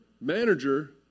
manager